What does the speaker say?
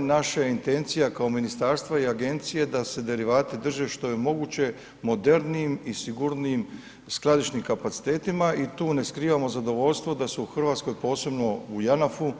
Naša je intencija, kao ministarstvo i agencije da se derivati drže što je moguće modernijim i sigurnijim skladišnim kapacitetima i tu ne skrivamo zadovoljstvo da se u Hrvatskoj, posebno u JANAF-u